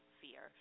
fear